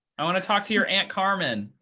i want to talk to your aunt carmen.